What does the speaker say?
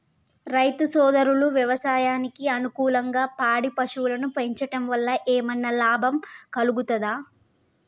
రైతు సోదరులు వ్యవసాయానికి అనుకూలంగా పాడి పశువులను పెంచడం వల్ల ఏమన్నా లాభం కలుగుతదా?